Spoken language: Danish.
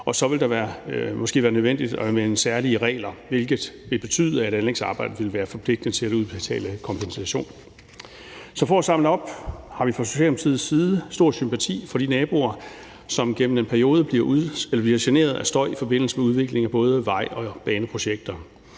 og så vil det måske være nødvendigt med særlige regler, hvilket vil betyde, at anlægsarbejdet vil være forpligtet til at udbetale kompensation. Så for at samle op har vi fra Socialdemokratiets side stor sympati for de naboer, som gennem en periode bliver generet af støj i forbindelse med udvikling af både vej- og baneprojekter.